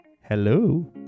Hello